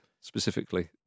specifically